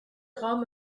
raum